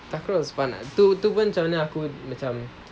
takraw was fun lah tu tu pun macam mana aku macam